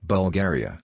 Bulgaria